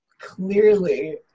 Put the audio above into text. clearly